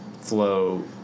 flow